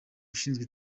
ushinzwe